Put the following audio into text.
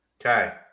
Okay